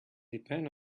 depend